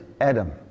Adam